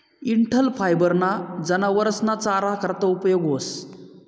डंठल फायबर ना जनावरस ना चारा करता उपयोग व्हस